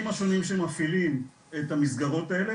השונים שמפעילים את המסגרות האלה,